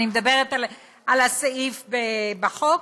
אני מדברת על הסעיף בחוק,